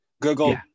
Google